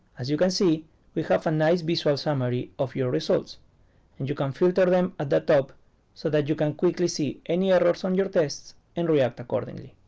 as you can see we have a nice visual summary of your results and you can filter them at the top so that you can quickly see any errors on your tests and react accordingly